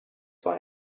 why